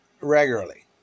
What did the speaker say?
regularly